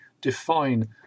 define